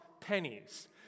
pennies